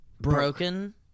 broken